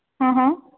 હં હં